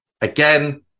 Again